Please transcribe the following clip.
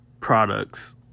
products